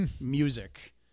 music